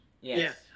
Yes